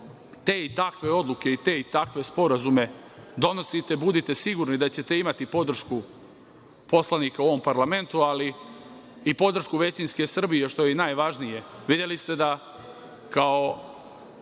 te i takve odluke i te i takve sporazume donosite, budite sigurni da ćete imati podršku poslanika u ovom parlamentu, ali i podršku većinske Srbije, što je i najvažnije. Videli ste da kao